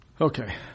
Okay